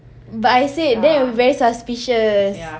but I say that will be very suspicious